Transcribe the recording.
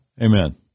Amen